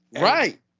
Right